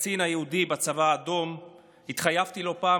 לקצין יהודי בצבא האדום התחייבתי לא פעם